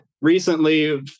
Recently